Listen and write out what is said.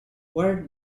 where